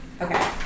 Okay